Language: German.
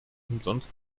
umsonst